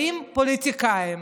באים פוליטיקאים